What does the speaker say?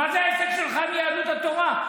מה זה העסק שלך, יהדות התורה?